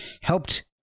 helped